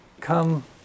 come